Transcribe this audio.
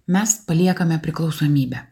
mes paliekame priklausomybę